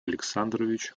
александрович